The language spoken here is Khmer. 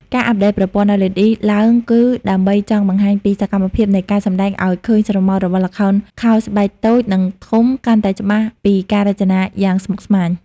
ការអាប់ដេតប្រព័ន្ធ LED ឡើងគឺដើម្បីចង់បង្ហាញពីសកម្មភាពនៃការសម្តែងឲ្យឃើញស្រមោលរបស់ល្ខោនខោស្បែកតូចនិងធំកាន់តែច្បាស់ពីការរចនាយ៉ាងស្មុគស្មាញ។